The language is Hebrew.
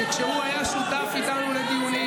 חבר הכנסת בליאק יודע שכשהוא היה שותף איתנו לדיונים,